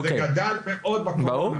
זה גדל מאוד בקורונה.